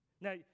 Now